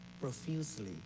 profusely